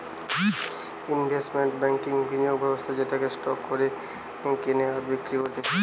investment ব্যাংকিংবিনিয়োগ ব্যবস্থা যেটাতে স্টক কেনে আর বিক্রি করতিছে